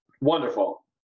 Wonderful